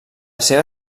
seva